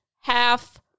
half